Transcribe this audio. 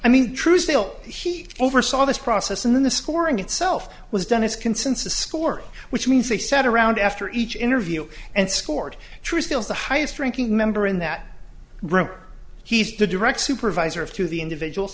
i mean true still he oversaw this process and then the scoring itself was done his consensus score which means they sat around after each interview and scored true skills the highest ranking member in that room he's the direct supervisor of to the individuals